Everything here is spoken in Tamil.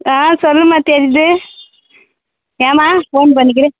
ஆ சொல்லும்மா தெரியூது ஏம்மா ஃபோன் பண்ணிக்கிற